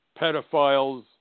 pedophiles